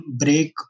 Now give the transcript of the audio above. break